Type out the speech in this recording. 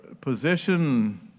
position